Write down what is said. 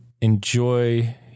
Enjoy